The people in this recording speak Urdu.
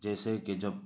جیسے کہ جب